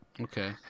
Okay